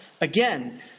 again